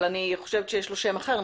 אבל יש לו שם אחר,